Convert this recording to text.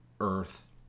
Earth